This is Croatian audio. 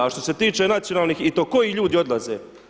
A što se tiče nacionalnih i to koji ljudi odlaze?